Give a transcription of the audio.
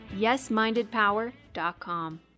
YesMindedPower.com